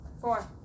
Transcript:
Four